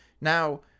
Now